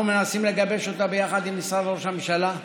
אנחנו מנסים לגבש אותה ביחד עם משרד ראש הממשלה,